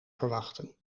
verwachten